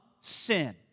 sin